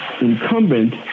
incumbent